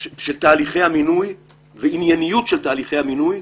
של תהליכי המינוי וענייניות של תהליכי המינוי,